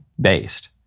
based